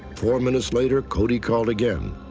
four minutes later, cody called again.